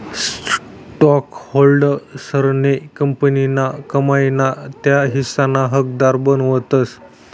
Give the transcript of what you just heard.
स्टॉकहोल्डर्सले कंपनीना कमाई ना त्या हिस्साना हकदार बनावतस